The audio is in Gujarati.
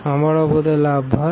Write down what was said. આભાર